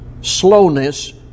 slowness